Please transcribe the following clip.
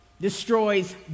destroys